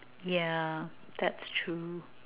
yeah that's true